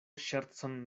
ŝercon